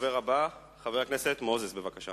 הדובר הבא, חבר הכנסת מנחם מוזס, בבקשה.